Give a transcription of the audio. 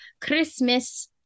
christmas